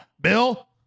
Bill